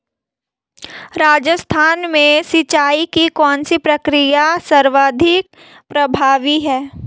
राजस्थान में सिंचाई की कौनसी प्रक्रिया सर्वाधिक प्रभावी है?